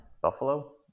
Buffalo